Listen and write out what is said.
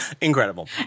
Incredible